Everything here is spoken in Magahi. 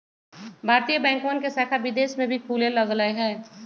भारतीय बैंकवन के शाखा विदेश में भी खुले लग लय है